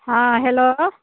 हँ हेलो